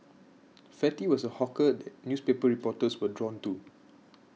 fatty was a hawker that newspaper reporters were drawn to